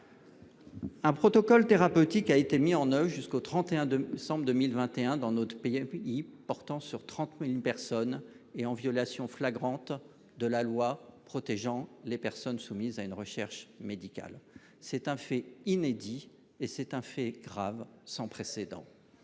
Un protocole thérapeutique a été mis en oeuvre jusqu'au 31, de 102.021 dans notre pays et puis y'portant sur 30.000 personnes et en violation flagrante de la loi protégeant les personnes soumises à une recherche médicale. C'est un fait inédit et c'est un fait grave sans précédent.